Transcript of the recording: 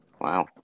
Wow